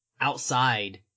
outside